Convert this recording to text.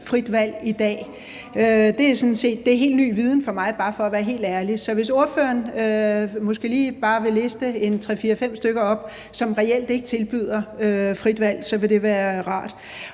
frit valg i dag? Det er sådan set helt ny viden for mig, for bare at være helt ærlig. Så hvis ordføreren måske bare lige vil liste tre, fire fem stykker op, som reelt ikke tilbyder et frit valg, så vil det være rart.